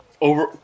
Over